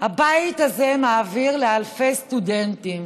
הבית הזה מעביר לאלפי סטודנטים?